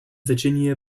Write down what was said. virginia